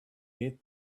get